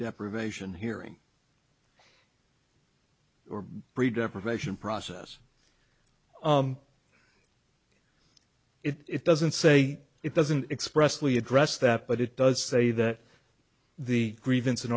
deprivation hearing or breed deprivation process it doesn't say it doesn't expressly address that but it does say that the grievance in